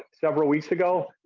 several weeks ago,